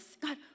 God